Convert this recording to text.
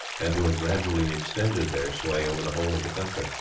and who had gradually extended their sway over the whole of the country.